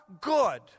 good